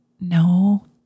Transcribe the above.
no